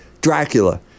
Dracula